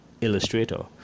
Illustrator